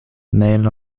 neil